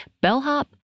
bellhop